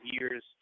years